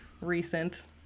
recent